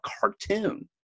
cartoon